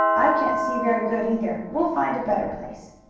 i can't see very good, either. we'll find a better place.